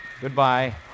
goodbye